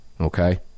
okay